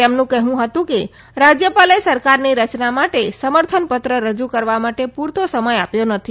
તેમનું કહેવું હતું કે રાજ્યપાલે સરકારની રચના માટે સમર્થનપત્ર રજૂ કરવા માટે પૂરતો સમય આપ્યો નથી